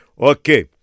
Okay